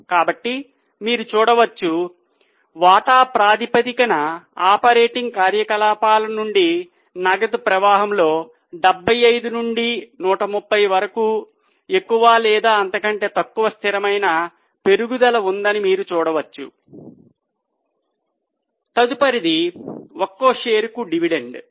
కాబట్టి మీరు చూడవచ్చు వాటా ప్రాతిపదికన ఆపరేటింగ్ కార్యకలాపాల నుండి నగదు ప్రవాహంలో 75 నుండి 130 వరకు ఎక్కువ లేదా అంతకంటే తక్కువ స్థిరమైన పెరుగుదల ఉందని మీరు చూడవచ్చు తదుపరిది ఒక్కో షేరుకు డివిడెండ్